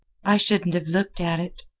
i shouldn't have looked at it.